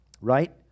Right